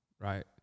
right